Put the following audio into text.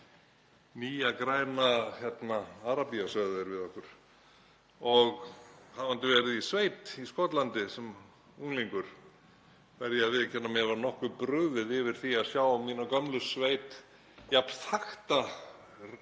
Nýja græna Arabía, sögðu þeir við okkur. Hafandi verið í sveit í Skotlandi sem unglingur verð ég að viðurkenna að mér var nokkuð brugðið yfir því að sjá mína gömlu sveit jafn þakta